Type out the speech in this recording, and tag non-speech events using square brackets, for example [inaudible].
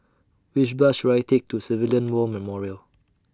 Which Bus should I Take to [noise] Civilian War Memorial